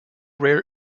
rare